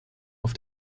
auf